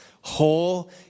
Whole